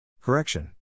Correction